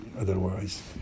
otherwise